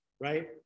right